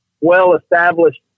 well-established